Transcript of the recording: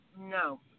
No